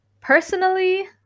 Personally